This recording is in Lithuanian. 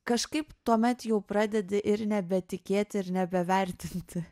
kažkaip tuomet jau pradedi ir nebetikėti ir nebevertinti